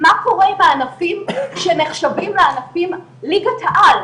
מה קורה עם הענפים שנחשבים לענפים, ליגת העל,